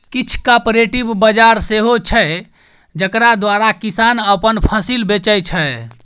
किछ कॉपरेटिव बजार सेहो छै जकरा द्वारा किसान अपन फसिल बेचै छै